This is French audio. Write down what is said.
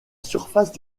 surface